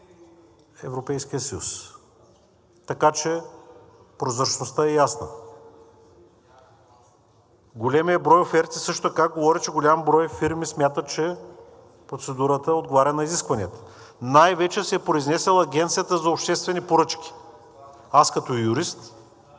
Европейския съюз, така че прозрачността е ясна. Големият брой оферти също така говори, че голям брой фирми смятат, че процедурата отговаря на изискванията, и най-вече се е произнесла Агенцията по обществени поръчки. Аз като юрист